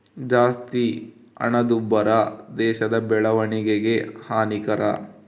ಜಾಸ್ತಿ ಹಣದುಬ್ಬರ ದೇಶದ ಬೆಳವಣಿಗೆಗೆ ಹಾನಿಕರ